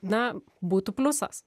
na būtų pliusas